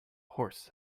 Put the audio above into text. horse